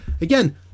again